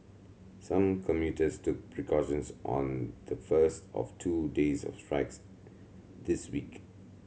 some commuters took precautions on the first of two days of strikes this week